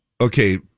Okay